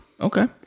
Okay